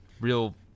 real